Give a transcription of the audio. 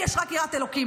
לי יש רק יראת אלוקים,